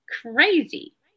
crazy